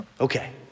Okay